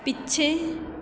ਪਿੱਛੇ